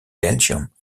belgium